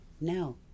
No